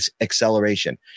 acceleration